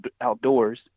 outdoors